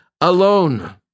alone